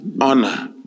honor